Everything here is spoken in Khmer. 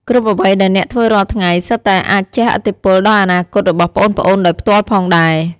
គ្រប់អ្វីដែលអ្នកធ្វើរាល់ថ្ងៃ សុទ្ធតែអាចជះឥទ្ធិពលដល់អនាគតរបស់ប្អូនៗដោយផ្ទាល់ផងដែរ ។